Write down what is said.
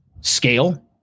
Scale